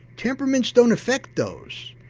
temperaments don't affect those,